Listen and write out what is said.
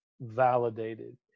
validated